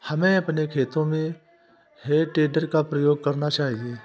हमें अपने खेतों में हे टेडर का प्रयोग करना चाहिए